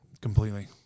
completely